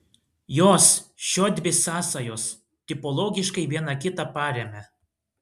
jos šiodvi sąsajos tipologiškai viena kitą paremia